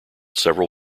several